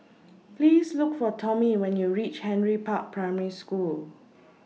Please Look For Tommie when YOU REACH Henry Park Primary School